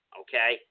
okay